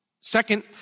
Second